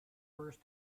first